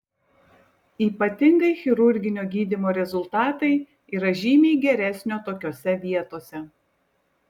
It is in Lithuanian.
ypatingai chirurginio gydymo rezultatai yra žymiai geresnio tokiose vietose